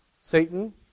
Satan